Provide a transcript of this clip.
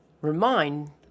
remind